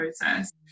process